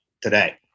today